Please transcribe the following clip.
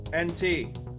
NT